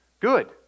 Good